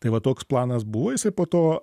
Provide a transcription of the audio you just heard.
tai va toks planas buvo jisai po to